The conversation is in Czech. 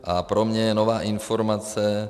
A pro mě je nová informace.